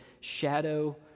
shadow